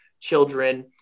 children